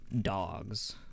Dogs